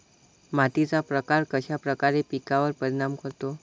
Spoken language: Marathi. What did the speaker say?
मातीचा प्रकार कश्याप्रकारे पिकांवर परिणाम करतो?